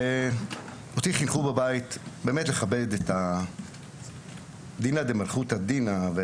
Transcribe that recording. אותי חינכו בבית לכבד את דינה דמלכותא דינה.